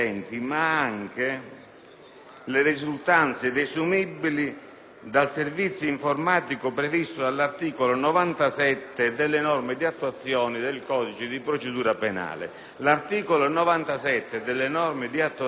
le risultanze desumibili dal servizio informatico previsto dall'articolo 97 delle norme di attuazione del codice di procedura penale.